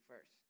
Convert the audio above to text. first